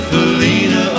Felina